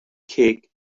kick